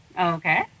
Okay